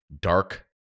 dark